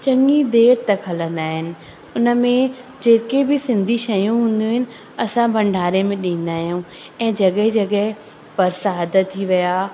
चङी देरि तक हलंदा आहिनि उन में जेके बि सिंधी शयूं हूंदियूं आहिनि असां भंडारे में ॾींदा आहियूं ऐं जॻहि जॻहि परसाद थी विया